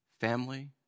Family